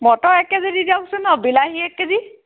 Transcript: motor এক KG দি দিয়কচোন আৰু বিলাহী এক কেজি